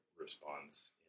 response